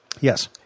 Yes